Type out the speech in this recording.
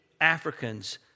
Africans